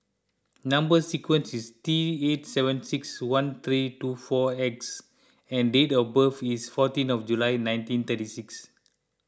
Number Sequence is T eight seven six one three two four X and date of birth is fourteen of July nineteen thirty six